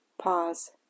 pause